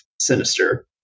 sinister